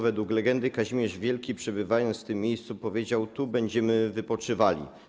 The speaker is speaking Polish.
Według legendy Kazimierz Wielki, przebywając w tym miejscu, powiedział: Tu będziem wypoczywali.